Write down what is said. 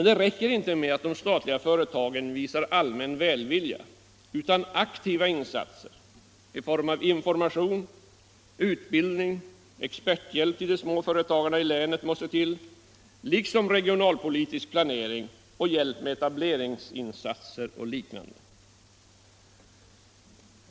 Det räcker inte med att de statliga företagen visar allmän välvilja, utan aktiva insatser i form av information, utbildning, experthjälp till de små företagarna i länet måste till, liksom regionalpolitisk planering och hjälp med etableringsinsatser och liknande.